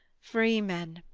free men,